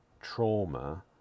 trauma